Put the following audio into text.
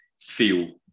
feel